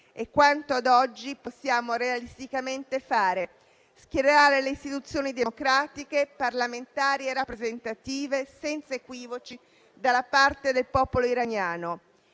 È quanto ad oggi possiamo realisticamente fare: schierare le istituzioni democratiche, parlamentari e rappresentative senza equivoci dalla parte del popolo iraniano.